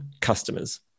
customers